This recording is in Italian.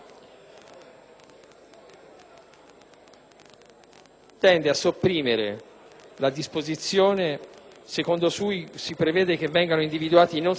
lettera *e)*, cioè la disposizione secondo cui si prevede che vengano individuati, non semplicemente i criteri di regolazione,